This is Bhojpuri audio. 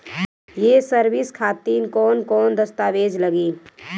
ये सर्विस खातिर कौन कौन दस्तावेज लगी?